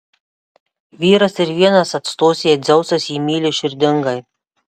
vyras ir vienas atstos jei dzeusas jį myli širdingai